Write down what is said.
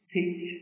Teach